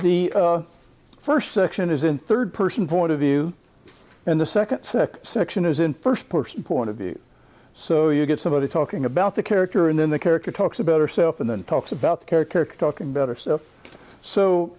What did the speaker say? the first section is in third person point of view and the second section is in first person point of view so you get somebody talking about the character and then the character talks about herself and then talks about the character talking better so so